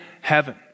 heaven